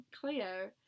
Cleo